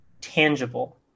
tangible